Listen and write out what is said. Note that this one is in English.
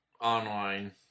online